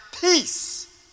peace